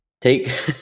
Take